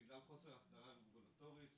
בגלל חוסר הסדרה רגולטורית,